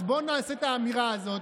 אז בואו נעשה את האמירה הזאת,